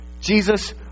jesus